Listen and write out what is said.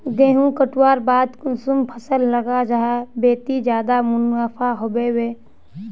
गेंहू कटवार बाद कुंसम फसल लगा जाहा बे ते ज्यादा मुनाफा होबे बे?